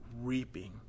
reaping